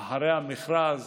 אחרי המכרז,